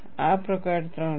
આ પ્રકાર 3 છે